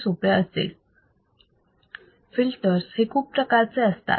filters हे खूप प्रकारचे असतात